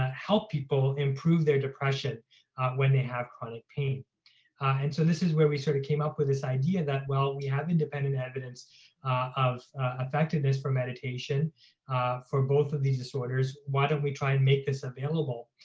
ah help people improve their depression when they have chronic pain. and so this is where we sort of came with this idea that, well, we have independent evidence of effectiveness for meditation for both of these disorders. why don't we try and make this available?